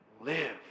live